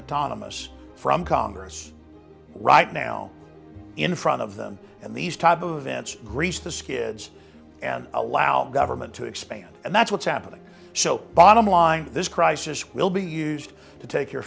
autonomy us from congress right now in front of them and these type of events grease the skids and allow government to expand and that's what's happening so bottom line this crisis will be used to take your